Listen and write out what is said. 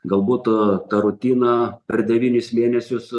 gal būt ta rutina per devynis mėnesius